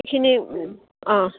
সেইখিনি অঁ